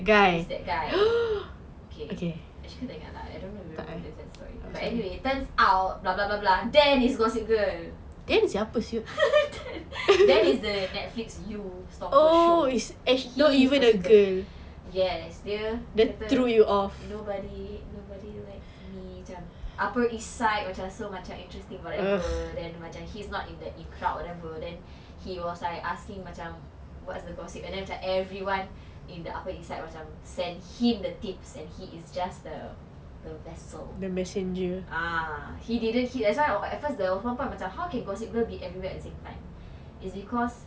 is that guy okay actually tak ingat lah I don't really remember the story but anyway first out blah blah blah dan is gossip girl dan is the netflix you stalker show he is gossip girl yes dia nobody nobody likes me macam apa reside macam so interesting macam whatever then macam he's not in that crowd or whatever then he was like asking macam what's the gossip and then macam everyone macam apa macam inside macam send him the tips and he is just the the vessel ah he didn't he that's why at first the perempuan macam how can gossip girl be everywhere at the same time it's because